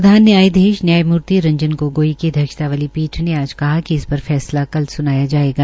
प्रधान नयायाधीश रंजन गोगोई की अध्यक्षता वाली पीठ ने आज कहा है कि इस पर फैसला कल सुनाया जायेगा